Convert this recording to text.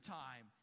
time